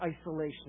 isolation